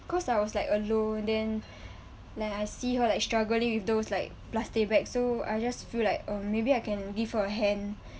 cause I was like alone then like I see her like struggling with those like plastic bag so I just feel like uh maybe I can give her a hand